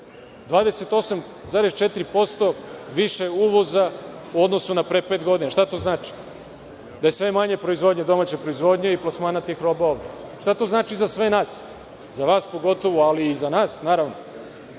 28,4% više uvoza u odnosu na pre pet godina. Šta to znači? Da je sve manje proizvodnje domaće proizvodnje i plasmana tih proizvoda. Šta to znači za sve nas, za vas pogotovo, ali i za nas, naravno?